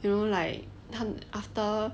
you know like 他 after